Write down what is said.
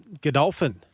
Godolphin